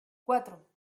cuatro